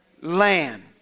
land